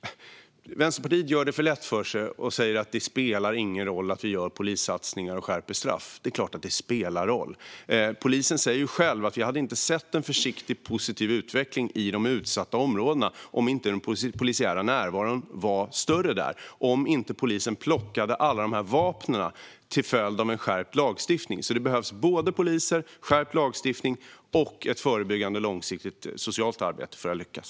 Vänsterpartiet gör det för lätt för sig och säger att det inte spelar någon roll att vi gör polissatsningar och skärper straff. Det är klart att det spelar roll. Polisen säger själv att vi inte hade sett en försiktigt positiv utveckling i de utsatta områdena om inte den polisiära närvaron var större där och om inte polisen plockade alla dessa vapen till följd av en skärpt lagstiftning. Det behövs såväl poliser och en skärpt lagstiftning som ett förebyggande långsiktigt socialt arbete för att lyckas.